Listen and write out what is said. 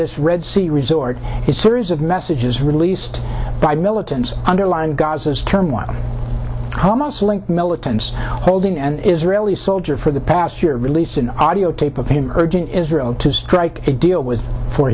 this red sea resort is series of messages released by militants underline gaza's term one hamas linked militants holding an israeli soldier for the past year released an audio tape of him urging israel to strike a deal with for